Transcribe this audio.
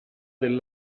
del